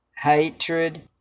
hatred